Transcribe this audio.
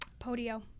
Podio